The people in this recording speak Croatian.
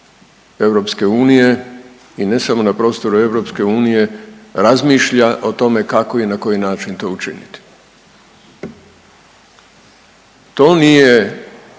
prostoru EU i ne samo na prostoru EU, razmišlja o tom kako i na koji način to učiniti. To nije